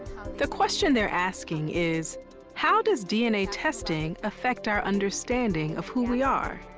the question they're asking is how does dna testing affect our understanding of who we are?